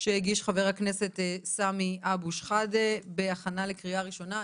שהגיש חבר הכנסת סמי אבו שחאדה בהכנה לקריאה ראשונה.